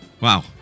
Wow